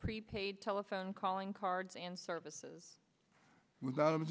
prepaid telephone calling cards and services without